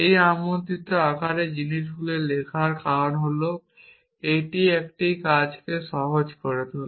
এই আমন্ত্রিত আকারে জিনিসগুলি লেখার কারণ হল এটি একটি কাজকে সহজ করে তোলে